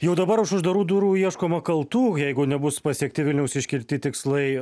jau dabar už uždarų durų ieškoma kaltų jeigu nebus pasiekti vilniaus iškelti tikslai